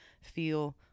feel